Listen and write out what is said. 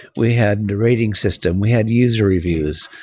we had the rating system. we had user reviews,